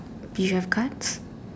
you have cards